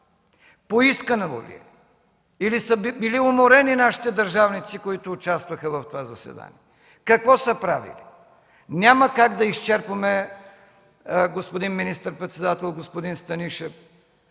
Поискано ли е, или са били уморени нашите държавници, които участваха в това заседание? Какво са правили? Няма как да изчерпим, господин министър-председател, господин Станишев,